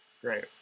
Great